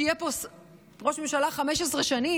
שיהיה פה ראש ממשלה 15 שנים,